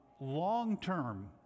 long-term